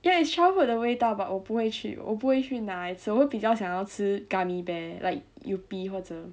ya it's childhood 的味道 but 我不会去我不会去拿来吃我比较想要吃 gummy bear like Yupi 或者